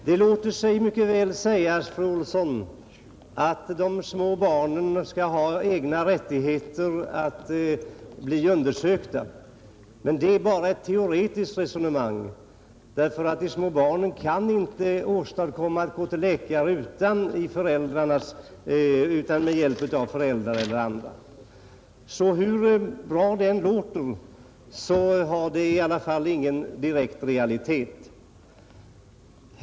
Herr talman! Det låter säga sig, fru Olsson i Hölö, att de små barnen skall ha rättighet att bli undersökta, men det är bara ett teoretiskt resonemang. Små barn kan nämligen inte gå till läkaren utan föräldrarnas eller andra människors hjälp. Hur bra det än låter är det ändå ingen realitet.